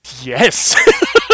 Yes